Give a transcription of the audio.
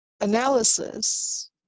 analysis